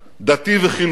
דתי וחילונית,